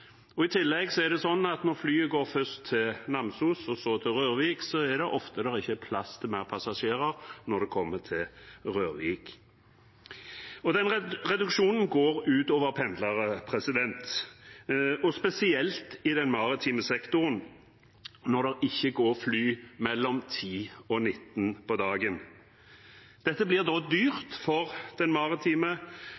I tillegg er det slik at når flyet går først til Namsos og så til Rørvik, er det ofte ikke plass til flere passasjerer når det kommer til Rørvik. Reduksjonen går ut over pendlere, og spesielt i den maritime sektoren, når det ikke går fly mellom kl. 10 og kl. 19 på dagen. Dette blir dyrt for den maritime næringen, for rederiene, som da